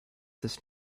this